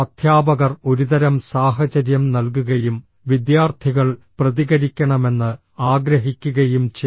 അധ്യാപകർ ഒരുതരം സാഹചര്യം നൽകുകയും വിദ്യാർത്ഥികൾ പ്രതികരിക്കണമെന്ന് ആഗ്രഹിക്കുകയും ചെയ്തു